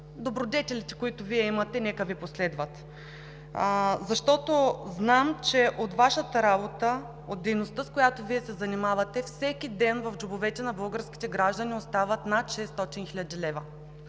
добродетелите, които Вие имате, нека Ви последват, защото знам, че от Вашата работа, от дейността, с която Вие се занимавате всеки ден, в джобовете на българските граждани остават над 600 хил. лв.